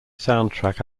soundtrack